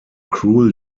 cruel